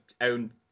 own